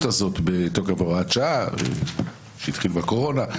הזאת של הוראת השעה שהתחילה בקורונה.